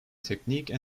technique